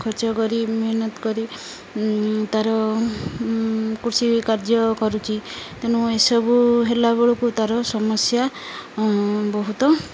ଖର୍ଚ୍ଚ କରି ମେହନତ କରି ତା'ର କୃଷି କାର୍ଯ୍ୟ କରୁଛି ତେଣୁ ଏସବୁ ହେଲା ବେଳକୁ ତାର ସମସ୍ୟା ବହୁତ